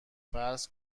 فرض